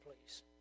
please